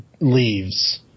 leaves